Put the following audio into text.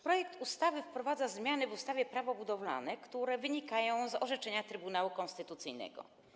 Projekt ustawy wprowadza zmiany w ustawie Prawo budowlane, które wynikają z orzeczenia Trybunału Konstytucyjnego.